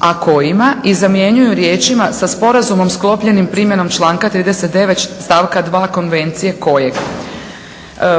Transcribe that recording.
a kojima" i zamjenjuju riječima: "sa sporazumom sklopljenim primjenom članka 39. stavka 2. Konvencije kojeg"